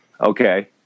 Okay